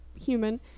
human